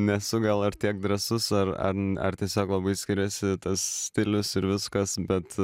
nesu gal ar tiek drąsus ar ar ar tiesiog labai skiriasi tas stilius ir viskas bet